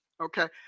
okay